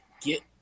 get